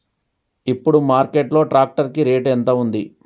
ఇప్పుడు మార్కెట్ లో ట్రాక్టర్ కి రేటు ఎంత ఉంది?